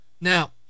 Now